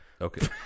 Okay